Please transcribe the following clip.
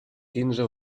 quinze